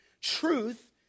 Truth